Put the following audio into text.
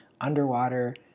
underwater